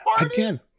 Again